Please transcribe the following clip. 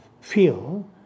feel